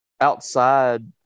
outside